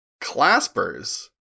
Claspers